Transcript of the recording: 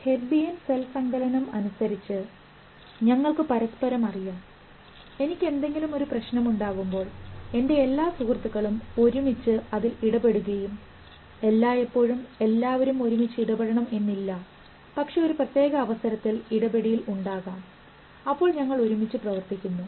Hebbian cell സങ്കലനം അനുസരിച്ച് ഞങ്ങൾക്ക് പരസ്പരം അറിയാം എനിക്ക് എന്തെങ്കിലും ഒരു പ്രശ്നമുണ്ടാകുമ്പോൾ എൻറെ എല്ലാ സുഹൃത്തുക്കളും ഒരുമിച്ച് അതിൽ ഇടപെടുകയും എല്ലായ്പ്പോഴും എല്ലാവരും ഒരുമിച്ച് ഇടപെടണം എന്നില്ല പക്ഷേ ഒരു പ്രത്യേക അവസരത്തിൽ ഇടപെടീൽ ഉണ്ടാകാം അപ്പോൾ ഞങ്ങൾ ഒരുമിച്ചു പ്രവർത്തിക്കുന്നു